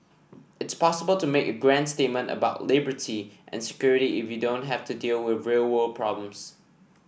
it's possible to make grand statements about liberty and security if you don't have to deal with real world problems